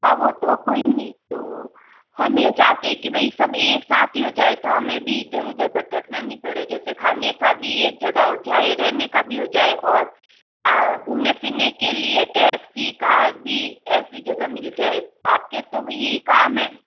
हाँ वो तो कोई नहीं तो हम यह चाहते है कि भई सब एक साथ ही हो जाए तो हमें भी इधर उधर भटकना नहीं पड़े जैसे खाने का भी एक जगह हो जाए रहने का भी हो जाए और घूमने फिरने के लिए टैक्सी कार भी ऐसी जगह मिल जाए आपके तो भाई यही काम है